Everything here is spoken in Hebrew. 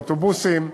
לאוטובוסים.